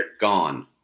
gone